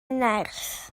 nerth